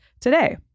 today